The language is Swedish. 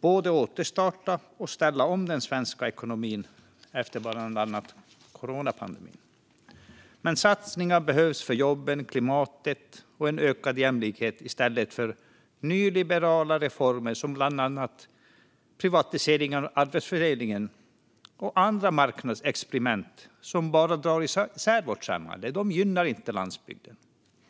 både återstarta och ställa om den svenska ekonomin efter bland annat coronapandemin. Satsningar behövs för jobben, klimatet och ökad jämlikhet i stället för nyliberala reformer, bland annat privatisering av Arbetsförmedlingen och andra marknadsexperiment som bara drar isär vårt samhälle. De gynnar inte landsbygden.